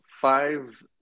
five